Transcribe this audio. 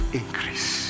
increase